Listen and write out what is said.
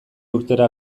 urtera